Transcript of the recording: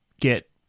get